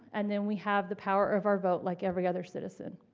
and then we have the power of our vote, like every other citizen.